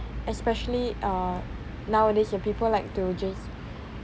especially uh nowadays where people like to just